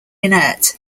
inert